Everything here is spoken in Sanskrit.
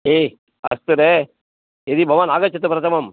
ए अस्तु रे यदि भवान् आगच्छतु प्रथमम्